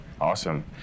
awesome